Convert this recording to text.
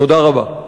תודה רבה.